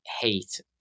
hate